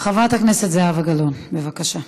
חברת הכנסת זהבה גלאון, בבקשה.